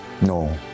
No